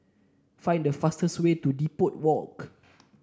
find the fastest way to Depot Walk